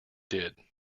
did